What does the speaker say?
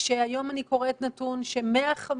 כשהיום אני קוראת נתון ש-150